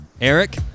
Eric